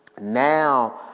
now